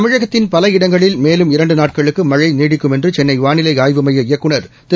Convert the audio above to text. தமிழகத்தின் பல இடங்களில் மேலும் இரண்டு நாட்களுக்கு மழை நீடிக்கும் என்று சென்னை வானிலை ஆய்வு மைய இயக்குநர் திரு